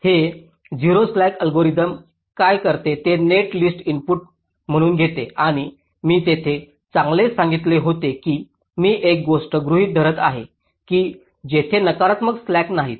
हे 0 slack algorithm काय करते ते नेट लिस्ट इनपुट म्हणून घेते आणि मी येथे चांगलेच सांगितले होते की मी एक गोष्ट गृहीत धरत आहे की तेथे नकारात्मक स्लॅक नाहीत